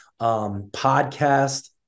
podcast